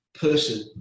person